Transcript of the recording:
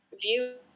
view